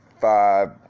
five